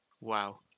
Wow